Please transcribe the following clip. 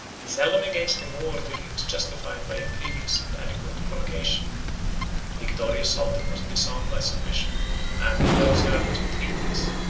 he seldom engaged in war till he was justified by a previous and adequate provocation the victorious sultan was disarmed by submission and in the observance of treaties,